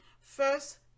first